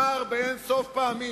אמר אין-סוף פעמים: